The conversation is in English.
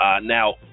Now